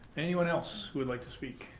anyone else who would like to speak?